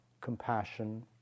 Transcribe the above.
compassion